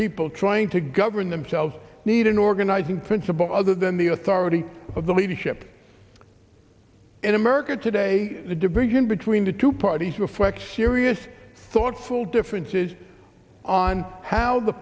people trying to govern themselves need an organizing principle other than the authority of the leadership in america today the degrees in between the two parties reflect serious thoughtful differences on how the